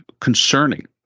concerning